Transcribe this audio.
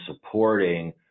supporting